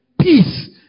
peace